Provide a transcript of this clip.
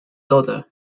daughter